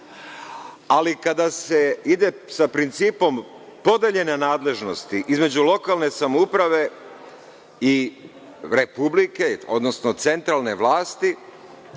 ali kada se ide sa principom podeljene nadležnosti između lokalne samouprave i Republike, odnosno centralne vlasti,